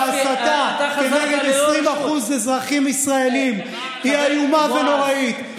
אני חושב שההסתה נגד 20% מהאזרחים הישראלים היא איומה ונוראית,